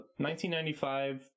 1995